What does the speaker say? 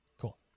Cool